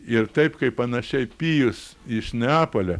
ir taip kaip panašiai pijus iš neapolio